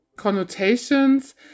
connotations